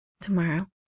tomorrow